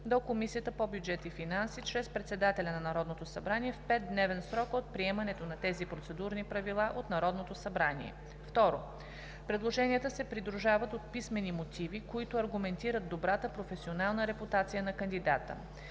до Комисията по бюджет и финанси чрез председателя на Народното събрание в 5-дневен срок от приемането на тези процедурни правила от Народното събрание. 2. Предложенията се придружават от писмени мотиви, които аргументират добрата професионална репутация на кандидата.